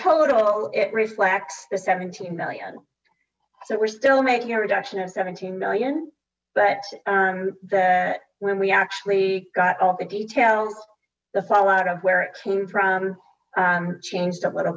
total it reflects the seventeen million so we're still making a reduction of seventeen million but that when we actually got all the details the fall out of where it came from changed a little